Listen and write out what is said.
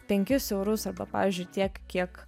penkis eurus arba pavyzdžiui tiek kiek